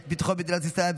את ביטחון מדינת ישראל,